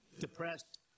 depressed